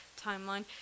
timeline